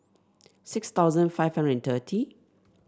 six thousand five hundred and thirty